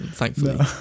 thankfully